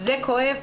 'זה כואב,